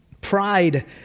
Pride